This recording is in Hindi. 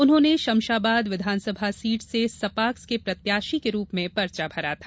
उन्होंने शमशाबाद विधानसभा सीट से सपाक्स के प्रत्याशी के रूप में पर्चा भरा था